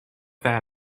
that